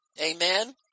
Amen